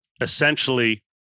essentially